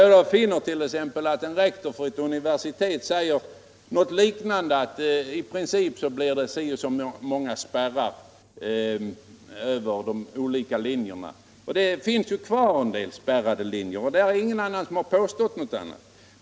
läst en artikel av en rektor för ett universitet, som säger att det i princip blir så och så många spärrar — det finns ju kvar en del spärrade linjer, och ingen har påstått något annat.